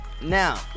now